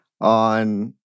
on